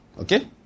Okay